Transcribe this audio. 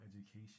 education